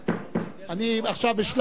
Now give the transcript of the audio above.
מעניין, תספר.